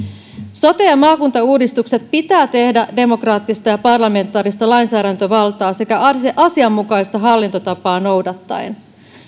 sote ja maakuntauudistukset pitää tehdä demokraattisen ja parlamentaarisen lainsäädäntövallan nojalla sekä asianmukaista hallintotapaa noudattaen